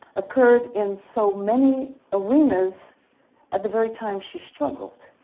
occurred in so many arenas at the very time she struggled.